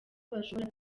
bashobora